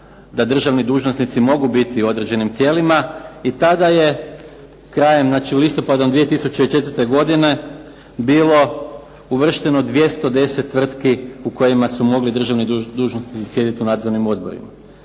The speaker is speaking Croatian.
da državni dužnosnici mogu biti u pojedinim tijelima i tada je krajem listopada 2004. godine bilo uvršteno 210 tvrtki u kojima su mogli državni dužnosnici sjediti u nadzornim odborima.